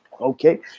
Okay